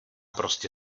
prostě